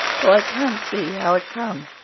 though i can't see how it come.